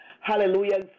hallelujah